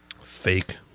Fake